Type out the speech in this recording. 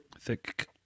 Thick